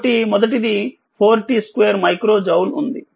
కాబట్టి మొదటిది 4t2మైక్రో జౌల్ ఉంది